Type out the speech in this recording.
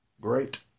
great